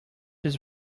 his